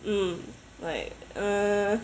mm like err